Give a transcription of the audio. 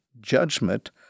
judgment